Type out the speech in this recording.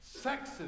Sexism